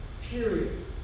Period